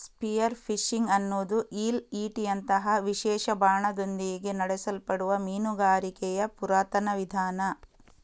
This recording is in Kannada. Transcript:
ಸ್ಪಿಯರ್ ಫಿಶಿಂಗ್ ಅನ್ನುದು ಈಲ್ ಈಟಿಯಂತಹ ವಿಶೇಷ ಬಾಣದೊಂದಿಗೆ ನಡೆಸಲ್ಪಡುವ ಮೀನುಗಾರಿಕೆಯ ಪುರಾತನ ವಿಧಾನ